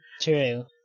True